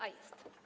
A, jest.